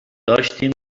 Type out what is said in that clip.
داشتیم